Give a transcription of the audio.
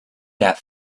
that